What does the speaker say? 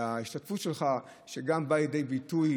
וההשתקפות שלך, שגם באה לידי ביטוי